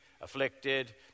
afflicted